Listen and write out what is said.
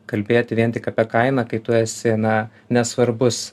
kalbėti vien tik apie kainą kai tu esi na nesvarbus